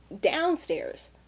downstairs